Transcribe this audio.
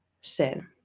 sin